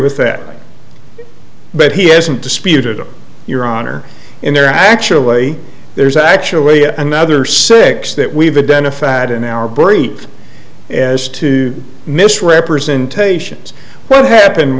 with that but he hasn't disputed your honor and there actually there's actually another six that we've identified in our brief as to misrepresentations what happened